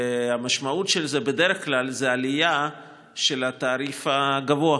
המשמעות של זה בדרך כלל היא עלייה של התעריף הגבוה.